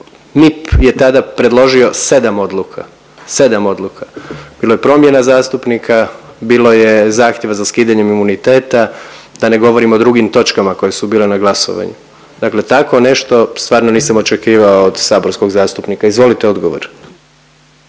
MIP je tada predložio 7 odluka, 7 odluka. Bilo je promjena zastupnika, bilo je zahtjeva za skidanjem imuniteta da ne govorim o drugim točkama koje su bile na glasovanju. Dakle, tako nešto stvarno nisam očekivao od saborskog zastupnika. Izvolite odgovor.